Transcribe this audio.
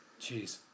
Jeez